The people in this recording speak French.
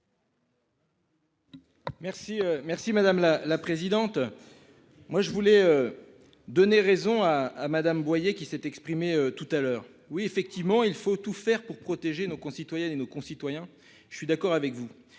merci madame la présidente. Moi je voulais. Donner raison à à Madame Boyer qui s'est exprimé tout à l'heure. Oui effectivement il faut tout faire pour protéger nos concitoyennes et nos concitoyens. Je suis d'accord avec vous